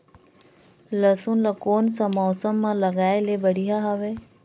लसुन ला कोन सा मौसम मां लगाय ले बढ़िया हवे?